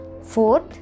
Fourth